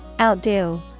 Outdo